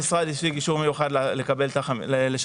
המשרד השיג אישור מיוחד לשלם את החמישים